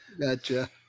Gotcha